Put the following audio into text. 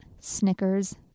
Snickers